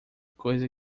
coisa